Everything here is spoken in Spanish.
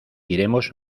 iremos